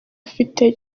ufite